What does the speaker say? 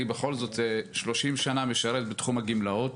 בכל זאת כבר 30 שנה משרת בתחום הגמלאות.